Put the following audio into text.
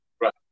Right